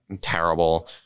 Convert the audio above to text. terrible